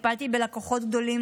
טיפלתי בלקוחות גדולים,